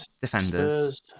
defenders